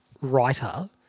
writer